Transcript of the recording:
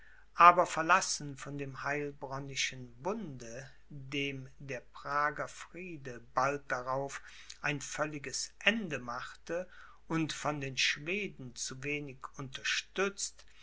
aber verlassen von dem heilbronnischen bunde dem der prager friede bald darauf ein völliges ende machte und von den schweden zu wenig unterstützt sah